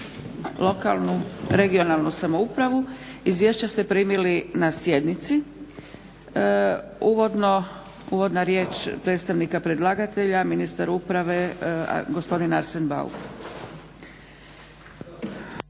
lokalnu regionalnu samoupravu. Izvješća ste primili na sjednici. Uvodna riječ predstavnika predlagatelja, ministar uprave gospodin Arsen Bauk.